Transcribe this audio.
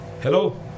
Hello